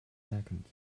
seconds